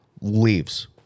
leaves